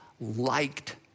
liked